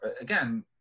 again